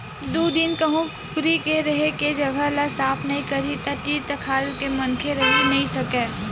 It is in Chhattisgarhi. दू दिन कहूँ कुकरी के रेहे के जघा ल साफ नइ करही त तीर तखार के मनखे मन रहि नइ सकय